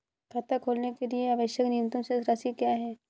खाता खोलने के लिए आवश्यक न्यूनतम शेष राशि क्या है?